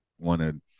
wanted